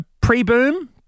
pre-boom